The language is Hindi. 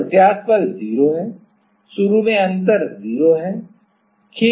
तो प्रत्यास्थ बल 0 है शुरू में अंतर 0 है